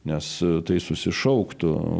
nes tai susišauktų